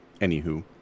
Anywho